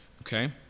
okay